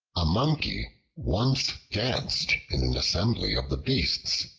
a monkey once danced in an assembly of the beasts,